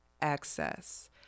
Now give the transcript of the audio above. access